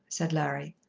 said larry.